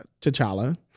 t'challa